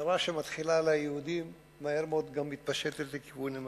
צרה שמתחילה עם היהודים ומהר מאוד גם מתפשטת לכיוונים אחרים.